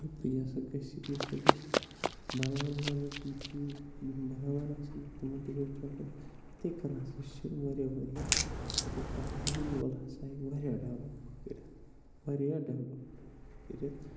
تہٕ تیٚلہِ ہَسا گَژھِ یہِ ہَسا گَژھِ بَناوَن والٮ۪ن تہِ یہِ چیٖز یِم بَناوان آسَن تِمَن تہِ گژھِ ڈٮ۪ولَپ یِتھَے کٔنۍ ہَسا چھِ واریاہ واریاہ مطلب اَکھ اِنٛڈیٖجوَل ہَسا ہیٚکہِ وارِیاہ ڈٮ۪ولَپ کٔرِتھ واریاہ ڈٮ۪ولَپٕڈ ہیٚکہِ یہِ کٔرِتھ